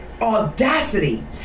audacity